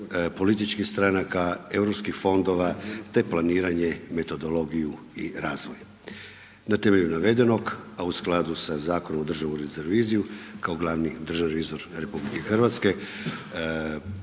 političkih stranaka, europskih fondova te planiranje, metodologiju i razvoj. Na temelju navedenog a u skladu sa Zakonom o Državnom uredu za reviziju kao glavni državni revizor